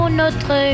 notre